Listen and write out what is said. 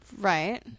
Right